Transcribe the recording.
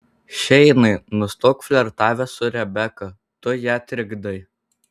šeinai nustok flirtavęs su rebeka tu ją trikdai